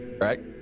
Right